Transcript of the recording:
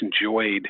enjoyed